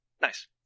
Nice